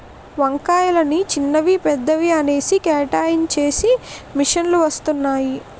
వంకాయలని చిన్నవి పెద్దవి అనేసి కేటాయించేసి మిషన్ లు వచ్చేసాయి